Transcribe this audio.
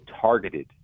targeted